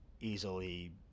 easily